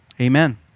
Amen